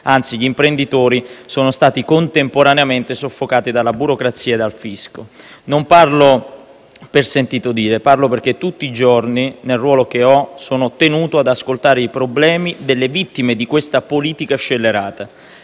anzi, gli imprenditori sono stati contemporaneamente soffocati dalla burocrazia e dal fisco. Non parlo per sentito dire, ma perché tutti i giorni, nel ruolo che rivesto, sono tenuto ad ascoltare i problemi delle vittime di questa politica scellerata.